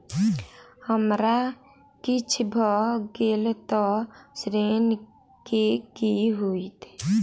हमरा किछ भऽ गेल तऽ ऋण केँ की होइत?